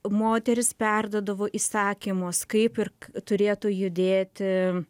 moterys perduodavo įsakymus kaip ir turėtų judėti